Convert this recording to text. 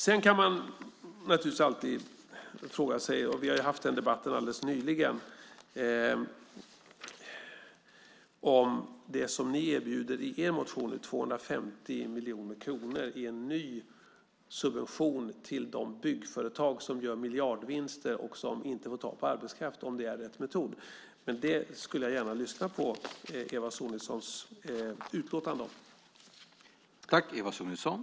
Man kan naturligtvis alltid fråga sig - vi har haft den debatten nyligen - om det som ni erbjuder i er motion, 250 miljoner kronor, är en ny subvention till de byggföretag som gör miljardvinster och som inte får tag på arbetskraft, är rätt metod. Jag lyssnar gärna på Eva Sonidssons utlåtande om det.